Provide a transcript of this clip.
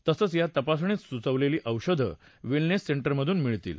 तसंच या तपासणीत सूचवलेली औषधं वेलेनेस सेंटर मधून मिळतील